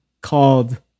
called